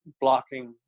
blocking